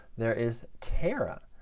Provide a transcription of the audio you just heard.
there is tera.